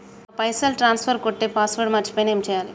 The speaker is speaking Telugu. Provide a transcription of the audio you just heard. నా పైసల్ ట్రాన్స్ఫర్ కొట్టే పాస్వర్డ్ మర్చిపోయిన ఏం చేయాలి?